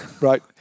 right